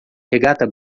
regata